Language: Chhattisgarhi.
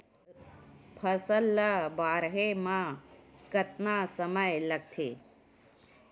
फसल ला बाढ़े मा कतना समय लगथे?